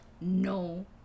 No